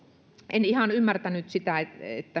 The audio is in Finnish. en ihan ymmärtänyt sitä